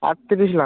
আটত্রিশ লাখ